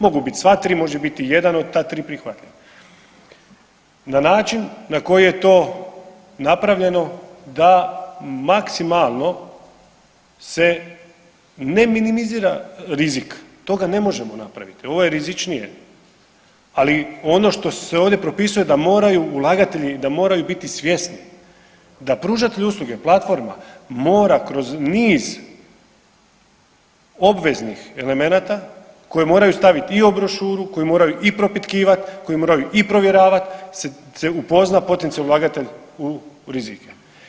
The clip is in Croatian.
Mogu biti sva tri, može biti jedan od ta tri prihvatljiva na način na koji je to prihvatljivo da maksimalno se ne minimizira rizik, toga ne možemo napraviti ovo je rizičnije, ali ono što se ovdje propisuje da moraju ulagatelji, da moraju biti svjesni da pružatelj usluga platforma mora kroz niz obveznih elemenata koje moraju staviti i brošuru koji moraju i propitkivat, koji moraju i provjeravat se upozna potencijali ulagatelj u rizike.